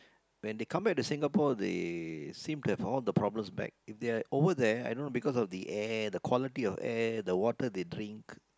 when they come back to Singapore they seem to have all the problems back if they are over there I don't know because of the air the quality of air the water they drink